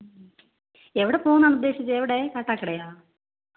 മ് എവിടെ പോകാനാണ് ഉദ്ദേശിച്ചത് എവിടെ കാട്ടാക്കടയാണോ